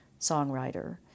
songwriter